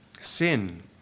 sin